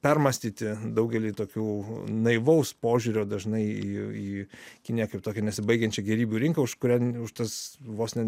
permąstyti daugelį tokių naivaus požiūrio dažnai į į kiniją kaip tokią nesibaigiančią gėrybių rinką užkurią už tas vos ne